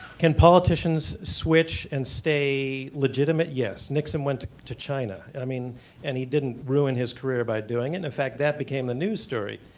can politicians switch and stay legitimate? yes. nixon went to china, and i mean and he didn't ruin his career by doing it, in fact that became a news story.